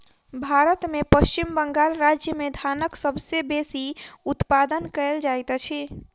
भारत में पश्चिम बंगाल राज्य में धानक सबसे बेसी उत्पादन कयल जाइत अछि